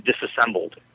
Disassembled